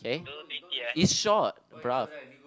it's short bro